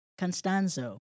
Constanzo